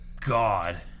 god